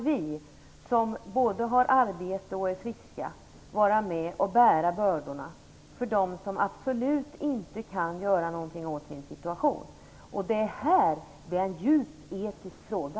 Vi som både har arbete och som är friska kan i stället vara med och bära bördorna för dem som absolut inte kan göra något åt sin situation. Här har vi en djupt etisk fråga.